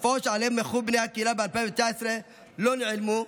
התופעות שעליהן מחו בני הקהילה ב-2019 לא נעלמו.